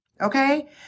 Okay